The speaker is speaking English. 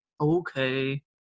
Okay